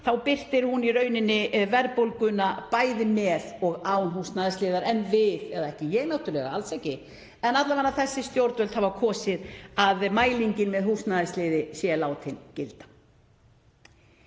Hún birtir í rauninni verðbólguna bæði með og án húsnæðisliðar en við — eða ekki ég náttúrlega, alls ekki, en alla vega þessi stjórnvöld hafa kosið að mælingin með húsnæðislið sé látin gilda.